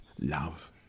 love